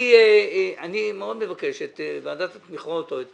אני מאוד מבקש את ועדת התמיכות או את